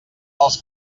els